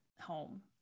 home